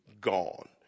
gone